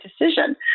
decision